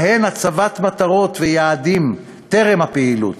בהם הצבת מטרות ויעדים טרם הפעילות,